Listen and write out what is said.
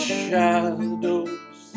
shadows